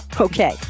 Okay